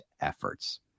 efforts